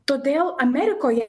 todėl amerikoj